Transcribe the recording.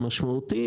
משכנתאות מסובסדות.